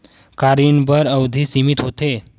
का ऋण बर अवधि सीमित होथे?